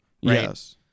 Yes